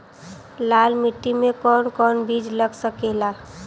लाल मिट्टी में कौन कौन बीज लग सकेला?